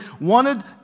wanted